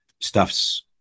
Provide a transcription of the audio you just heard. stuff's